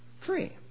free